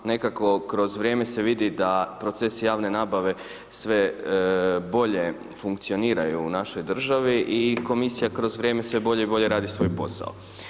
Nekako kroz vrijeme se vidi da proces javne nabave sve bolje funkcionira u našoj državi i komisija kroz vrijeme sve bolje i bolje radi svoj posao.